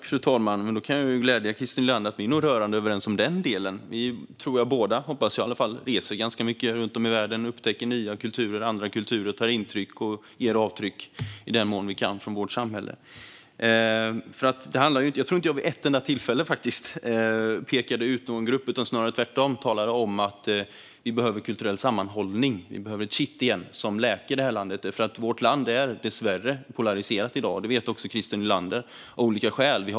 Fru talman! Då kan jag glädja Christer Nylander med att vi nog är rörande överens i den delen. Vi reser båda ganska mycket runt om i världen och upptäcker andra kulturer. I den mån vi kan tar vi intryck och ger avtryck i vårt samhälle. Jag tror inte att jag vid ett enda tillfälle pekade ut någon grupp, tvärtom talade jag om att det behövs en kulturell sammanhållning. Det behövs ett kitt som läker det här landet. Vårt land är dessvärre av olika skäl polariserat i dag, och det vet också Christer Nylander.